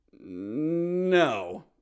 no